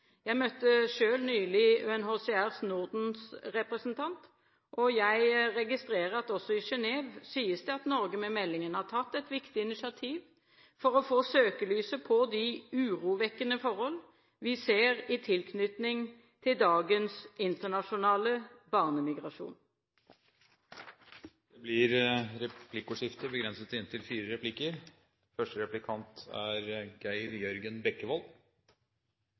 Jeg møtte selv nylig UNHCRs Norden-representant, og jeg registrerer at også i Genève sies det at Norge med meldingen har tatt et viktig initiativ for å få søkelyset på de urovekkende forhold vi ser i tilknytning til dagens internasjonale barnemigrasjon. Det blir replikkordskifte. I dag foreslår altså Kristelig Folkeparti å endre utlendingsforskriften § 8-8, slik at det ikke lenger blir anledning til